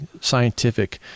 scientific